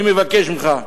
אני מבקש ממך,